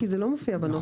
כי זה לא מופיע בנוסח.